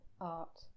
art